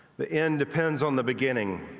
the end depends on the beginning.